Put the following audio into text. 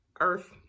earth